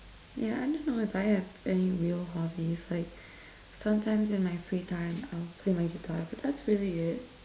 yeah I don't know if I have any real hobbies like sometimes in my free time I'll play my guitar but that's really it